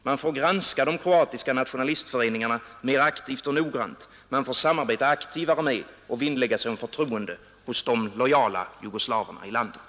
Man får granska de kroatiska nationalistföreningarna mer aktivt och noggrant, man får samarbeta aktivare med och vinnlägga sig om förtroende hos de lojala jugoslaverna i landet.